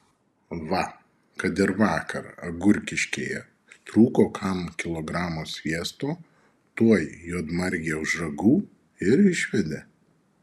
va kad ir vakar agurkiškėje trūko kam kilogramo sviesto tuoj juodmargę už ragų ir išvedė